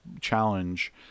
challenge